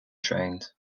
trained